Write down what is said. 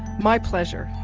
my pleasure.